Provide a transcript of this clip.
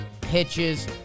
pitches